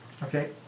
Okay